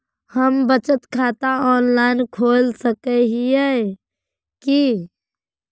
हम बचत खाता ऑनलाइन खोल सके है की?